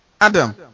adam